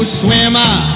swimmer